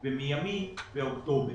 ומימין, באוקטובר.